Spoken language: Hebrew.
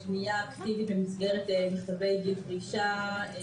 פנייה אקטיבית במסגרת מכתבי גיל פרישה,